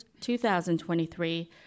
2023